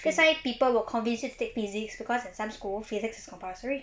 that's why people will convince you take physics because at some school physics is compulsory